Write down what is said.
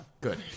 Good